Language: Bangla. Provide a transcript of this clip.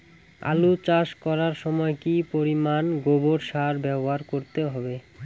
আলু চাষ করার সময় কি পরিমাণ গোবর সার ব্যবহার করতে হবে?